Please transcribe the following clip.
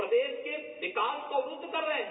प्रदेश के विकास को अवरूद्व कर रहे हैं